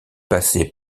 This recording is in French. passé